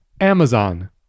Amazon